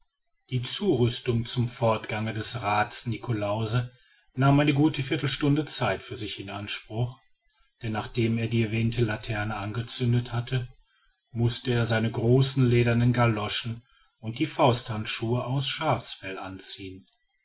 die zurüstungen zum fortgange des raths niklausse nahmen eine gute viertelstunde zeit für sich in anspruch denn nachdem er die erwähnte laterne angezündet hatte mußte er seine großen ledernen galoschen und die fausthandschuhe aus schafsfell anziehen